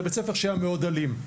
לבית ספר שהוא היה מאוד אלים.